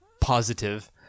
positive